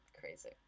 crazy